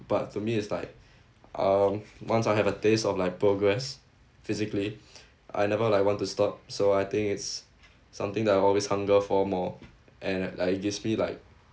but to me it's like um once I have a taste of like progress physically I never like want to stop so I think it's something that I always hunger for more and like it gives me like